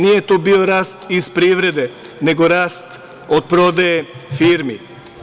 Nije to bio rast iz privrede, nego rast od prodaje firmi.